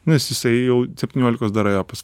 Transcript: nes jisai jau septyniolikos dar ėjo pas